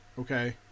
Okay